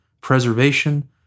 preservation